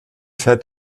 fährt